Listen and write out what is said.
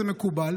זה מקובל.